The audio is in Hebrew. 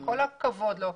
עם כל הכבוד לו,